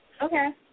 Okay